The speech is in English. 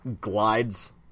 glides